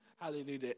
Hallelujah